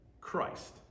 Christ